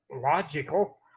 logical